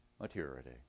maturity